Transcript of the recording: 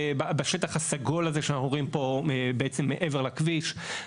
בשטח הסגול הזה שאנחנו רואים פה בעצם מעבר לכביש.